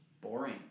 boring